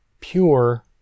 Pure